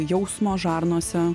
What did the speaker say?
jausmo žarnose